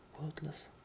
wordless